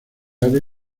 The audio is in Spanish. ave